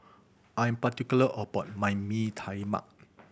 I'm particular about my Bee Tai Mak